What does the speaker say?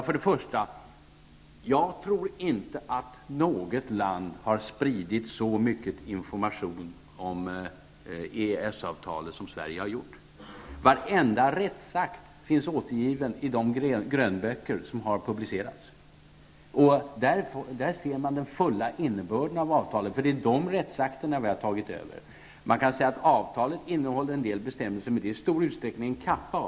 För det första: Jag tror inte något land har spridit så mycket information om EES-avtalet som Sverige. Varenda rättsakt finns återgiven i de grönböcker som har publicerats. Där ser man den fulla innebörden av avtalet. Det är dessa rättsakter som vi nu tagit över. Man kan säga att avtalet innehåller en del bestämmelser. Men det är i stor utsträckning ''en kappa''.